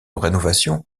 rénovation